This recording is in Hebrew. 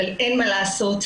אבל אין מה לעשות,